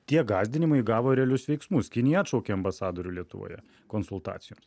tie gąsdinimai įgavo realius veiksmus kinija atšaukė ambasadorių lietuvoje konsultacijoms